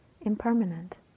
impermanent